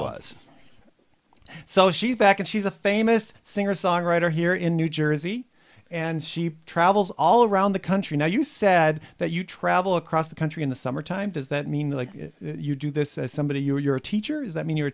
was so she's back and she's a famous singer songwriter here in new jersey and she travels all around the country now you said that you travel across the country in the summertime does that mean like you do this somebody you're a teacher is that mean you're a